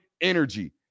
energy